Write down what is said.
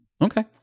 Okay